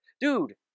Dude